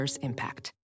impact